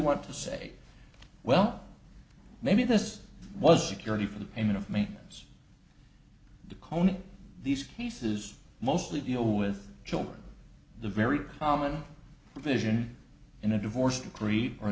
want to say well maybe this was security for the payment of maintenance to conan these cases mostly deal with children the very common provision in a divorce decree or